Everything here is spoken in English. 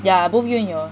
yeah both you and your